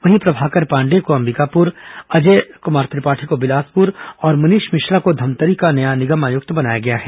वहीं प्रभाकर पांडेय को अंबिकापुर अजय कुमार त्रिपाठी को बिलासपुर और मनीष मिश्रा को धमतरी का नया निगम आयुक्त बनाया गया है